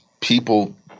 people